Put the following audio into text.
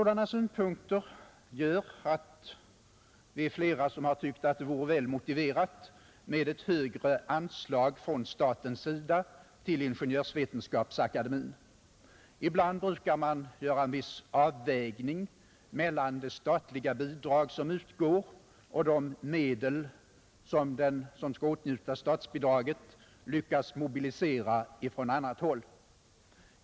Det är synpunkter av detta slag som gjort att flera har tyckt att det vore väl motiverat med ett högre anslag från statens sida till Ingenjörsvetenskapsakademien. Ibland brukar man göra en viss avvägning mellan det statliga bidrag som utgår och de medel som den som skall åtnjuta statsbidraget lyckas mobilisera från annat håll.